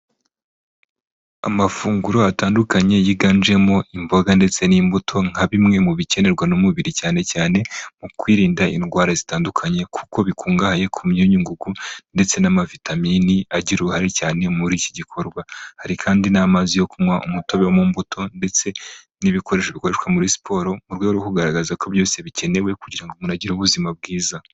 Amafunguro atandukanye yiganjemo imboga ndetse n'imbuto nka bimwe mu bikenerwa n'umubiri cyane cyane mu kwirinda indwara zitandukanye kuko bikungahaye ku myunyu ngugu ndetse n'amavitamini agira uruhare cyane muri iki gikorwa. Hari kandi n'amazi yo kunywa umutobe mu mbuto, ndetse n'ibikoresho bikoreshwa muri siporo mu rwego rwo kugaragaza ko byose bikenewe kugira ngo umuntu agire ubuzima bwiza.